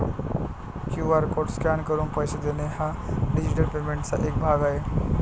QR code scan करून पैसे देणे हा डिजिटल पेमेंटचा एक भाग आहे